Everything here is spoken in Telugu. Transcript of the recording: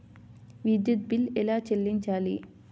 విద్యుత్ బిల్ ఎలా చెల్లించాలి?